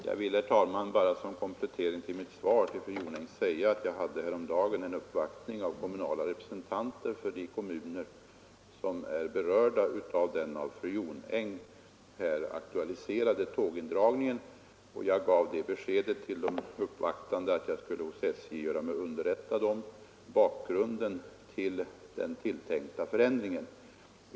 Herr talman! Jag vill bara som komplettering av mitt svar till fru Jonäng säga att jag häromdagen mottog en uppvaktning av representanter för de kommuner som är berörda av den genom fru Jonäng här aktualiserade tågindragningen. Jag gav de uppvaktande beskedet att jag hos SJ skulle göra mig underrättad om bakgrunden till den tilltänkta förändringen.